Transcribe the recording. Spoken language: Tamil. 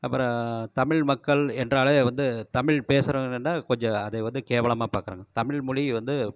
அப்புறோம் தமிழ் மக்கள் என்றாலே வந்து தமிழ் பேசறோம் என்றால் கொஞ்ச அதை வந்து கேவலமாக பார்க்கறாங்க தமிழ்மொழி வந்து